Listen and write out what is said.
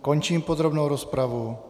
Končím podrobnou rozpravu.